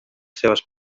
seves